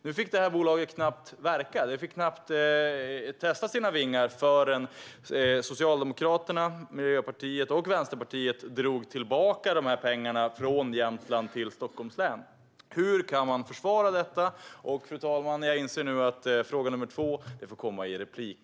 Nu fick detta bolag knappt verka och testa sina vingar förrän Socialdemokraterna, Miljöpartiet och Vänsterpartiet drog tillbaka dessa pengar från Jämtland och i stället gav dem till Stockholms län. Hur kan man försvara detta? Fru talman! Jag får ställa min andra fråga i nästa replik.